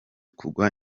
kugwa